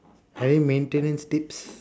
any maintenance tips